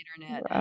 internet